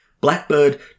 Blackbird